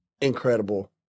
Incredible